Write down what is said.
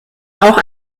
auch